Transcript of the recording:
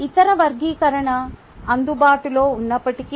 ఇతర వర్గీకరణ అందుబాటులో ఉన్నప్పటికీ